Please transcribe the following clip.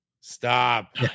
Stop